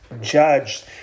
judged